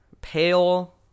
pale